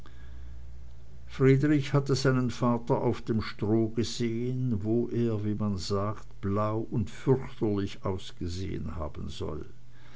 friedrich hatte seinen vater auf dem stroh gesehen wo er wie man sagt blau und fürchterlich ausgesehen haben soll